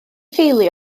theulu